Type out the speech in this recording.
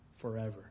forever